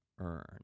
earn